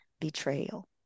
betrayal